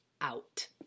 out